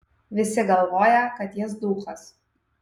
visi galvoja kad jis duchas